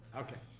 okay.